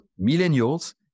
millennials